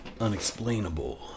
unexplainable